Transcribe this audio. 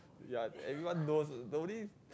ya everyone knows the only